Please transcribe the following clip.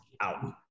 out